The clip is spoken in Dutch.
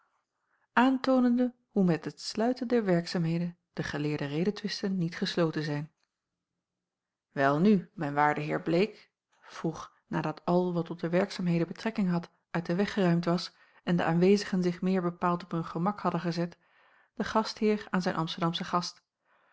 aantoonende hoe met het sluiten der werkzaamheden de geleerde redetwisten niet gesloten zijn welnu mijn waarde heer bleek vroeg nadat al wat tot de werkzaamheden betrekking had uit den weg geruimd was en de aanwezigen zich meer bepaald op hun gemak hadden gezet de gastheer aan zijn amsterdamschen gast